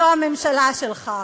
זו הממשלה שלך.